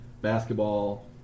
Basketball